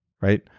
right